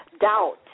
doubt